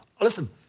Listen